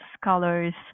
scholars